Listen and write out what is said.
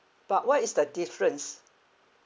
but what is the difference